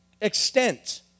extent